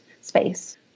space